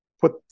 put